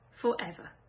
forever